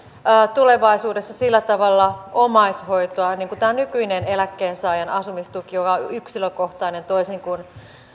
tulevaisuudessa sillä tavalla omaishoitoa kuin tämä nykyinen eläkkeensaajan asumistuki joka on yksilökohtainen toisin kuin